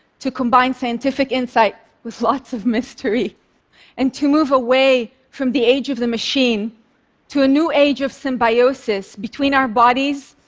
to combine scientific insight with lots of mystery and to move away from the age of the machine to a new age of symbiosis between our bodies,